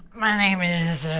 my name is